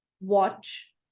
watch